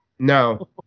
No